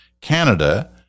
Canada